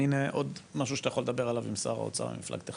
הנה עוד משהו שאתה יכול לדבר עליו עם שר האוצר ממפלגתך.